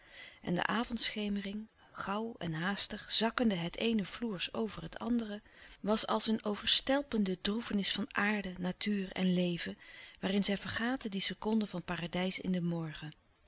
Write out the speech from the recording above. en de avondschemering gauw en haastig zakkende het eene floers over het andere was als een overstelpende droefenis van aarde natuur en leven waarin zij vergaten die seconde van paradijs in den morgen